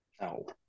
No